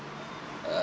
err